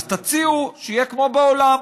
אז תציעו שיהיה כמו בעולם: